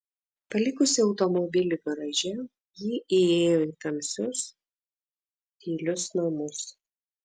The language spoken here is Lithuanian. palikusi automobilį garaže ji įėjo į tamsius tylius namus